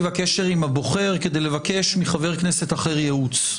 הקשר עם הבוחר כדי לבקש מחבר כנסת אחר ייעוץ...